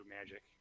magic